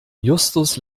justus